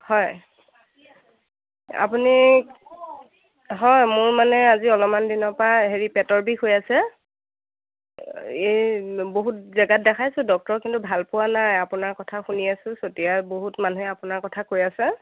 হয় আপুনি হয় মোৰ মানে আজি অলপমান দিনৰ পৰা হেৰি পেটৰ বিষ হৈ আছে এই বহুত জেগাত দেখাইছোঁ ডক্টৰ কিন্তু ভাল পোৱা নাই আপোনাৰ কথা শুনি আছোঁ চতিয়াৰ বহুত মানুহে আপোনাৰ কথা কৈ আছে